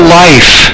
life